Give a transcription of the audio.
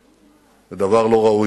זה דבר לא ראוי,